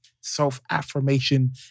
self-affirmation